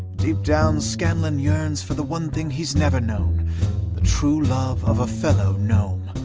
deep down, scanlan yearns for the one thing he's never known the true love of a fellow gnome.